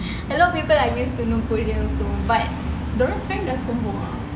a lot of people I used to know go there also but dorang sekarang dah sombong ah